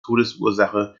todesursache